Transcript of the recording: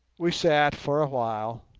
we sat for a while,